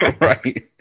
right